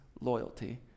loyalty